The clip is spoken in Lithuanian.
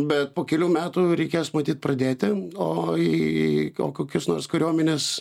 bet po kelių metų reikės matyt pradėti o į į kokius nors kariuomenės